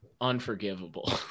unforgivable